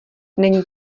není